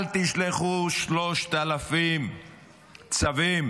אל תשלחו 3,000 צווים.